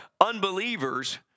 unbelievers